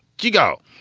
jeggo,